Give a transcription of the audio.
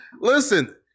listen